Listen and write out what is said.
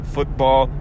Football